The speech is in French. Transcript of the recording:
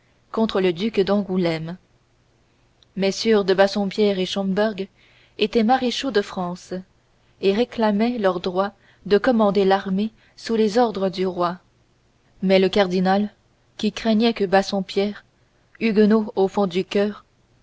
contre le duc d'angoulême mm de bassompierre et schomberg étaient maréchaux de france et réclamaient leur droit de commander l'armée sous les ordres du roi mais le cardinal qui craignait que bassompierre huguenot au fond du coeur